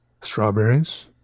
Strawberries